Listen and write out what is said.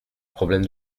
problèmes